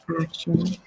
action